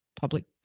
public